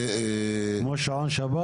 כמו שעון שבת?